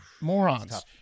morons